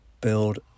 build